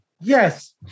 Yes